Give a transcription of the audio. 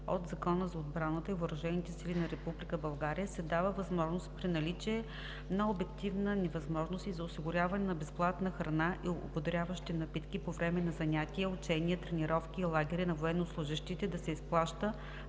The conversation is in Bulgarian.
от Закона за отбраната и въоръжените сили на Република България се дава възможност при наличие на обективна невъзможност за осигуряване на безплатна храна и ободряващи напитки по време на занятия, учения, тренировки и лагери, на военнослужещите да се изплаща